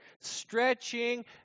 stretching